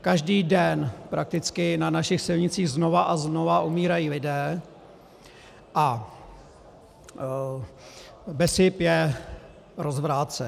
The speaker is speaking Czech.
Každý den prakticky na našich silnicích znova a znova umírají lidé a BESIP je rozvrácen.